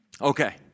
Okay